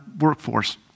workforce